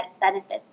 benefits